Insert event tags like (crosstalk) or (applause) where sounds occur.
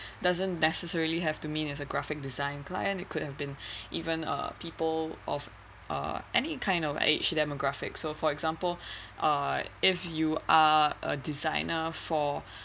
doesn't necessarily have to mean as a graphic design client could have been even uh people of uh any kind of age demographics so for example (breath) uh if you are a designer for (breath)